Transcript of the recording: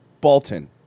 Bolton